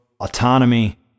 autonomy